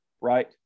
right